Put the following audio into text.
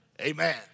Amen